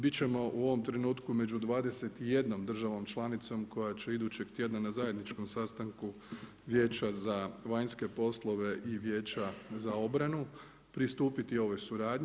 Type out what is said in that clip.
Biti ćemo u ovom trenutku među 21 državom članicom, koja će idućeg tjedna na zajedničkom sastanku Vijeća za vanjske poslove i Vijeća za obranu pristupiti ovoj suradnji.